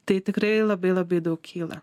tai tikrai labai labai daug kyla